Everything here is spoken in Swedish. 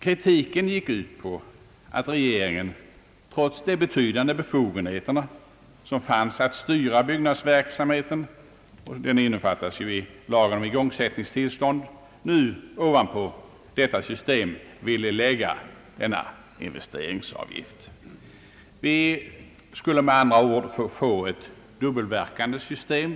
Kritiken gick ut på att regeringen trots de betydande befogenheter att stödja byggnadsverksamheten som fanns — de innefattas ju i lagen om igångsättningstillstånd — ovanpå detta system ville lägga den ifrågavarande investeringsavgiften. Vi skulle med andra ord få ett dubbelverkande system.